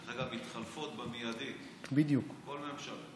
דרך אגב, מתחלפות במיידית כל ממשלה.